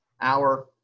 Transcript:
hour